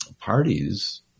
parties